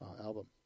album